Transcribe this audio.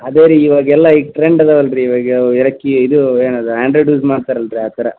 ಅದೇ ರೀ ಇವಾಗೆಲ್ಲ ಈಗ ಟ್ರೆಂಡ್ ಅದಾವಲ್ಲ ರೀ ಇವಾಗ ಇದು ಏನದು ಆ್ಯಂಡ್ರಾಯ್ಡ್ ಯೂಸ್ ಮಾಡ್ತಾರಲ್ಲ ರೀ ಆ ಥರ